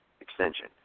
extension